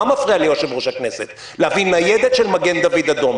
מה מפריע ליושב-ראש הכנסת להביא ניידת של מגן-דוד-אדום,